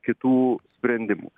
kitų sprendimų